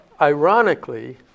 ironically